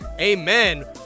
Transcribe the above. Amen